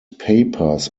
papers